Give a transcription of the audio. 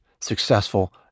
successful